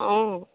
অ'